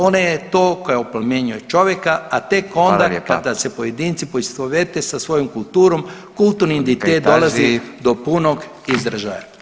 Ona je to koja oplemenjuje čovjeka [[Upadica Radin: Hvala lijepa.]] a tek onda kada se pojedinci poistovete sa svojom kulturom kulturni identitet … [[Upadica se ne razumije.]] dolazi do punog izražaja.